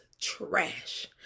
trash